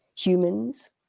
Humans